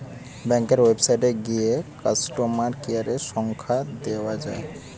ব্যাংকের ওয়েবসাইটে গিয়ে কাস্টমার কেয়ারের সংখ্যা দেখা যায়